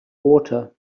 water